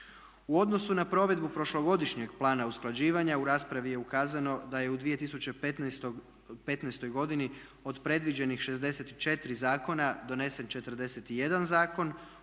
U odnosu na provedbu prošlogodišnjeg plana usklađivanja u raspravi je ukazano da je u 2015. godini od predviđenih 64 zakona donesen 41 zakon,